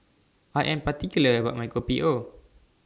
I Am particular about My Kopi O